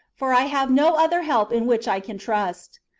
for i have no other help in which i can trust.